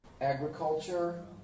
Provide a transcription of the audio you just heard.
Agriculture